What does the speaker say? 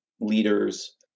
leaders